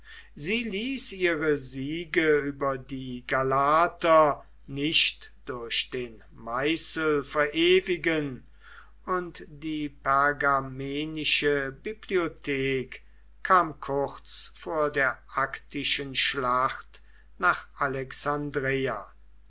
sie ließ ihre siege über die galater nicht durch den meißel verewigen und die pergamenische bibliothek kam kurz vor der aktfischen schlacht nach alexandreia